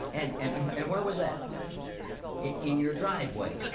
and where was it it in your driveway?